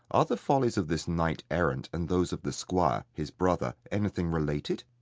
are the follies of this knight-errant and those of the squire, his brother, anything related?